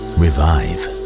revive